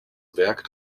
werk